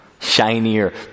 Shinier